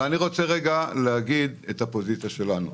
אבל אני רוצה להציג את הפוזיציה שלנו.